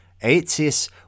Aetius